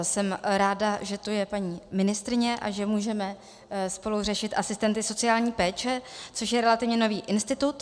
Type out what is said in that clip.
Jsem ráda, že tu je paní ministryně a že můžeme spolu řešit asistenty sociální péče, což je relativně nový institut.